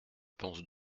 pense